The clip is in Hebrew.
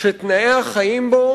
שתנאי החיים בו